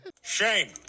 Shame